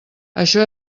això